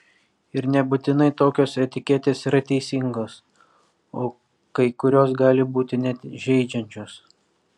ir nebūtinai tokios etiketės yra teisingos o kai kurios gali būti net žeidžiančios